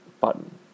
button